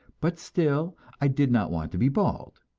but still, i did not want to be bald,